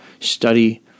study